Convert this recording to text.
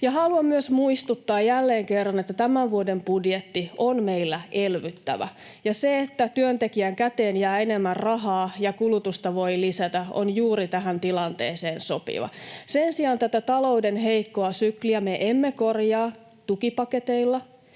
Haluan myös muistuttaa jälleen kerran, että tämän vuoden budjetti on meillä elvyttävä, ja se, että työntekijän käteen jää enemmän rahaa ja kulutusta voi lisätä, on juuri tähän tilanteeseen sopivaa. Sen sijaan tätä talouden heikkoa sykliä me emme korjaa tukipaketeilla.